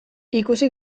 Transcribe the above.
ikusi